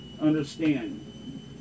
understand